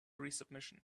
resubmission